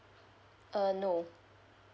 uh no